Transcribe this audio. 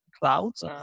clouds